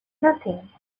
nothing